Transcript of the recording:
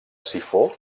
sifó